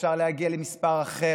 אפשר להגיע למספר אחר,